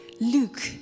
Luke